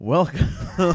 Welcome